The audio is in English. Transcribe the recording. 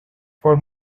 for